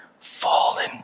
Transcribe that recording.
fallen